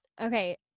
okay